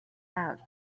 out